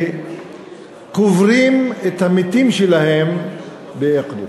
קוברים את המתים שלהם באקרית.